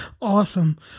Awesome